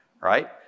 Right